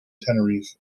tenerife